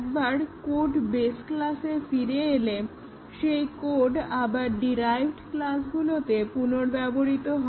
একবার code base ক্লাসে ফিরে এলে সেই কোড আবার ডিরাইভড ক্লাসগুলিতে পুনরব্যবহৃত হয়